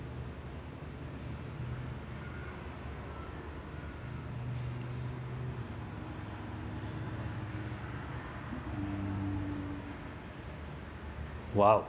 !wow!